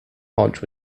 hodge